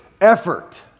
effort